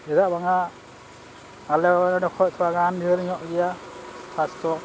ᱪᱮᱫᱟᱜ ᱵᱟᱝᱼᱟ ᱟᱞᱮ ᱱᱚᱸᱰᱮ ᱠᱷᱚᱡ ᱛᱷᱚᱲᱟ ᱜᱟᱱ ᱰᱷᱮᱨ ᱧᱚᱜ ᱜᱮᱭᱟ ᱥᱟᱥᱛᱷᱚ